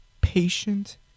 patient